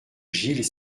gilles